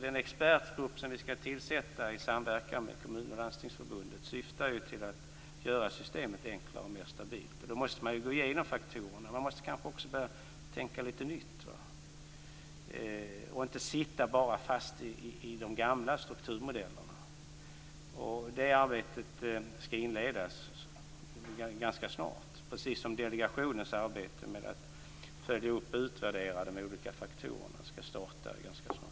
Den expertgrupp som vi skall tillsätta i samverkan med kommun och landstingsförbundet syftar till att göra systemet enklare och mer stabilt. Då måste man gå igenom faktorerna. Man måste kanske också börja tänka lite nytt och inte bara sitta fast i de gamla strukturmodellerna. Det arbetet skall inledas ganska snart, precis som delegationens arbete med att följa upp och utvärdera de olika faktorerna. Det skall starta ganska snart.